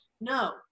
no